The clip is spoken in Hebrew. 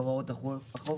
הוראות החוק